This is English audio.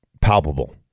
palpable